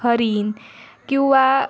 हरिण किंवा